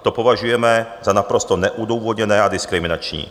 To považujeme za naprosto neodůvodněné a diskriminační.